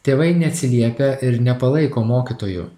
tėvai neatsiliepia ir nepalaiko mokytojų